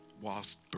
whilst